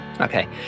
Okay